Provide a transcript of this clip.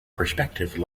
perspective